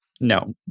No